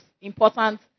important